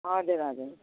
हजुर हजुर